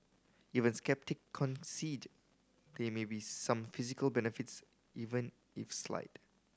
even sceptic concede there may be some physical benefits even if slide